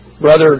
Brother